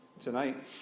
tonight